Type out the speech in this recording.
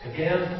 Again